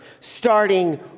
starting